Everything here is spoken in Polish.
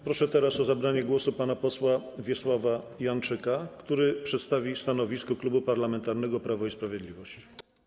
Proszę teraz o zabranie głosu pana posła Wiesława Janczyka, który przedstawi stanowisko Klubu Parlamentarnego Prawo i Sprawiedliwość.